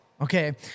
okay